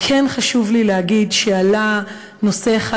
כן חשוב לי להגיד שעלה נושא אחד,